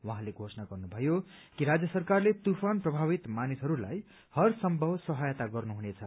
उहाँले धोषणा गर्नुभयो कि राज्य सरकारले त्रुफान प्रभावित मानिसहरूलाई हरसम्भव सहायता गर्नुहुनेछ